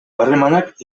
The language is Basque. harremanak